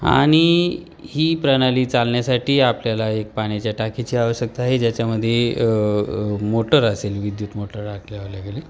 आणि ही प्रणाली चालण्यासाठी आपल्याला एक पाण्याच्या टाकीची आवश्यकता आहे ज्याच्यामध्ये आहे मोटर असेल विद्युत मोटर